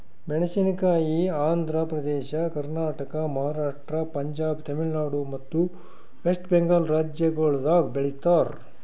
ಮೇಣಸಿನಕಾಯಿ ಆಂಧ್ರ ಪ್ರದೇಶ, ಕರ್ನಾಟಕ, ಮಹಾರಾಷ್ಟ್ರ, ಪಂಜಾಬ್, ತಮಿಳುನಾಡು ಮತ್ತ ವೆಸ್ಟ್ ಬೆಂಗಾಲ್ ರಾಜ್ಯಗೊಳ್ದಾಗ್ ಬೆಳಿತಾರ್